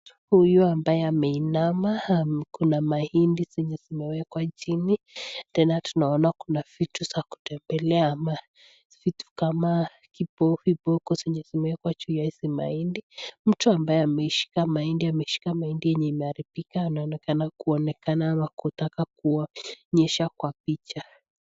Huyu ambaye ameinama kuna mahindi zenye zimewekwa chini. Tena tunaona kuna vitu za kutembelea ama vitu kama viboko zenye zimeekwa juu ya hizi mahindi. Mtu ambaye ameishika mahindi ameishika mahindi yenye imeharibika anaonekana kuonekana ama kutaka kuonyesha kwa picha.